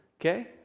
okay